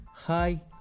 Hi